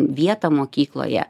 vietą mokykloje